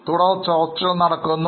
തുടർ ചർച്ചകൾ നടക്കുന്നു